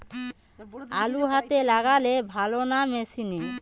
আলু হাতে লাগালে ভালো না মেশিনে?